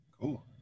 cool